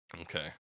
okay